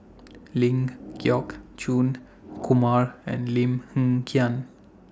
Ling Geok Choon Kumar and Lim Hng Kiang